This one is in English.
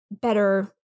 better